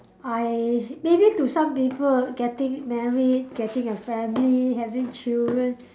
I maybe to some people getting married getting a family having children